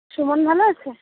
শোভন ভালো আছে